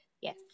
yes